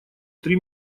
три